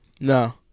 No